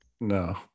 No